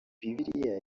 bibiliya